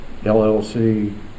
llc